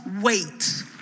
wait